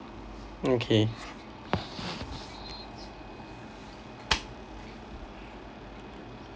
okay